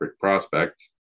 prospect